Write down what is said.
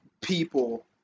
people